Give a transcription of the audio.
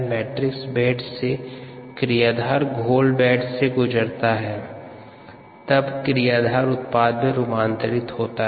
matrix bed से क्रियाधार घोल बेड से गुजरता है तब क्रियाधार उत्पाद में रूपांतरित हो जाता है